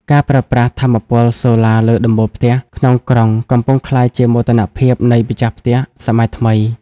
ការប្រើប្រាស់ "ថាមពលសូឡាលើដំបូលផ្ទះ" ក្នុងក្រុង កំពុងក្លាយជាមោទនភាពនៃម្ចាស់ផ្ទះសម័យថ្មី។